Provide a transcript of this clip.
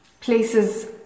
places